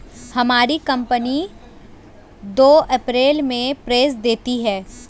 हमारी कंपनी दो पैरोल में पैसे देती है